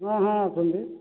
ହଁ ହଁ ଅଛନ୍ତି